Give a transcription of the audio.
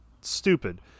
stupid